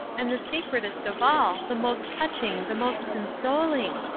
and the sacredest of all, the most touching, the most consoling.